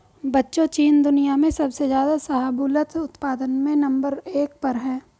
बच्चों चीन दुनिया में सबसे ज्यादा शाहबूलत उत्पादन में नंबर एक पर है